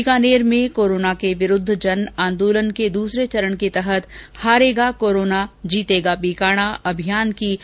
बीकानेर में कोरोना के विरूद्व जनआंदोलन के दूसरे चरण के तहत हारेगा कोरोना जीतेगा बीकाणा अभियान की आज शुरूआत हुई